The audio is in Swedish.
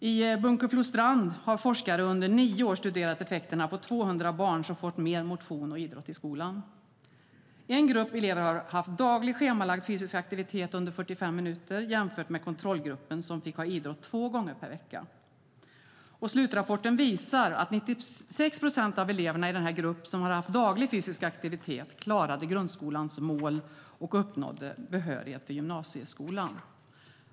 I Bunkeflostrand har forskare under nio år studerat effekterna på 200 barn som har fått mer motion och idrott i skolan. En grupp elever har haft daglig schemalagd fysisk aktivitet under 45 minuter jämfört med kontrollgruppen, som fick ha idrott två gånger per vecka. Slutrapporten visar att 96 procent av eleverna i den grupp som har haft daglig fysisk aktivitet klarade grundskolans mål och uppnådde behörighet till gymnasieskolan.